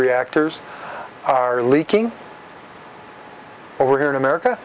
reactors are leaking over here in america